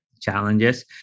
challenges